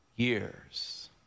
years